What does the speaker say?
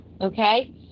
okay